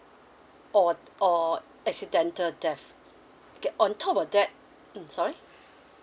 or or accidental death okay top of that mm sorry